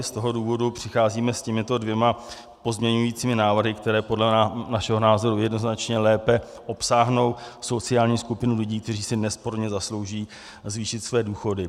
Z toho důvodu přicházíme s těmito dvěma pozměňujícími návrhy, které podle našeho názoru jednoznačně lépe obsáhnou sociální skupinu lidí, kteří si nesporně zaslouží zvýšit své důchody.